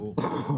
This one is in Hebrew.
ברור.